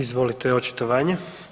Izvolite očitovanje.